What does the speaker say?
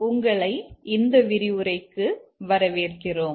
உங்களை இந்த விரிவுரைக்கு வரவேற்கிறோம்